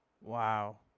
wow